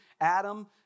Adam